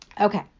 Okay